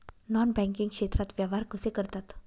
Non banking क्षेत्रात व्यवहार कसे करतात?